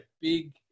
big